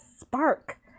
spark